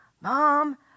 Mom